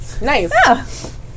Nice